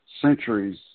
centuries